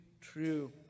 true